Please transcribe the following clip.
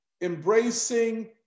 embracing